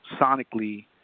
sonically